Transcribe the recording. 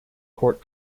court